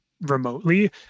remotely